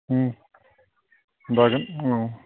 ओं बागोन औ